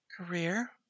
career